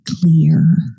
clear